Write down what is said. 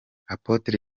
apotre